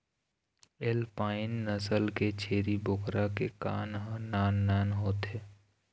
alpine नसल के छेरी बोकरा के कान ह नान नान होथे